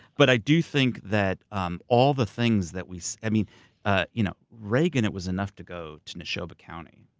but i do think that um all the things that we. so i mean ah you know regan, it was enough to go to neshoba county,